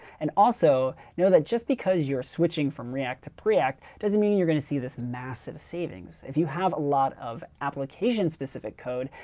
and also know that just because you're switching from react to preact doesn't mean you're going to see this massive savings. if you have a lot of application specific code,